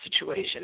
situation